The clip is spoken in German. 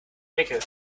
winkel